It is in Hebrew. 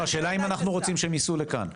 לא השאלה היא אם אנחנו חושבים שהם ייסעו לכאן?